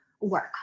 work